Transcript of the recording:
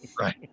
Right